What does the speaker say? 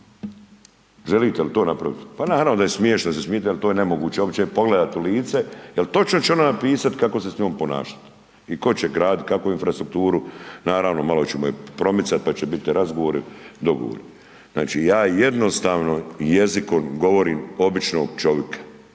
Želite li to napraviti? Pa naravno da je smiješno jer se smijete, ali to je nemoguće uopće pogledati u lice jer točno će ona napisati kako se s njom ponašati. I tko će graditi kakvu infrastrukturu, naravno, malo ćemo je promicati, pa će biti razgovori i dogovori. Znači jednostavno jezikom govorim običnog čovjeka